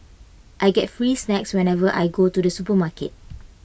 I get free snacks whenever I go to the supermarket